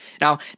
Now